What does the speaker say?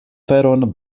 feron